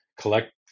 Collect